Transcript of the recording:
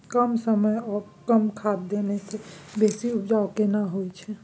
कम समय ओ कम खाद देने से बेसी उपजा केना होय छै?